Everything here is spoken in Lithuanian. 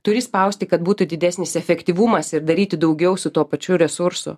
turi spausti kad būtų didesnis efektyvumas ir daryti daugiau su tuo pačiu resursu